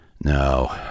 no